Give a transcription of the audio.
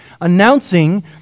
announcing